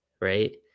right